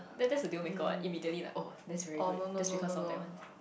then that's the deal maker what immediately like oh that's very good just because of that one